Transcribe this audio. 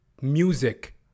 music